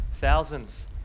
Thousands